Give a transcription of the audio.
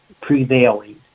prevailing